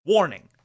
Warning